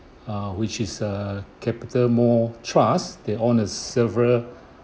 err which is a Capitamall trust their own a several